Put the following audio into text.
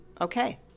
okay